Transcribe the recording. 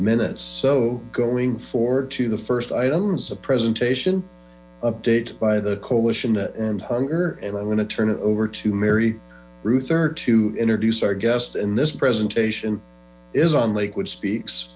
minutes so going forward to the first items of presentation update by the coalition and hunger and i'm going to turn it over to mary ruth to introduce our guest and this presentation is on lakewood speaks